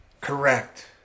Correct